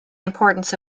importance